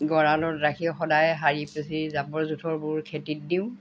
গঁৰালত ৰাখি সদায় সাৰি পেচি জাবৰ জোঁথৰবোৰ খেতিত দিওঁ